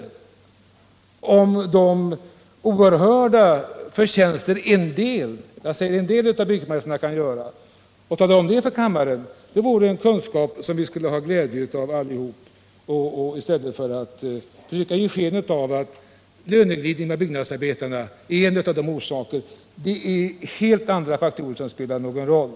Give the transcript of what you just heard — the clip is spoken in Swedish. Statsrådet kanske kan berätta för kammaren om de förtjänster en del av byggmästarna kan göra — det vore en kunskap som vi skulle ha glädje av allihop — i stället för att ge sken av att löneglidningen för byggnadsarbetarna är en av orsakerna till de höga priserna. Det är helt andra faktorer som spelar någon roll.